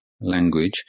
language